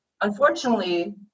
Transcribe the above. Unfortunately